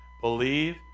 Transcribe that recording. Believe